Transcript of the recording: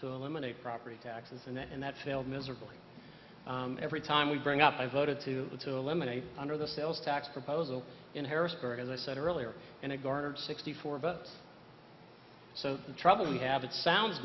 to eliminate property taxes and that failed miserably every time we bring up i voted to to eliminate under the sales tax proposal in harrisburg as i said earlier and it garnered sixty four but so the trouble we have it sounds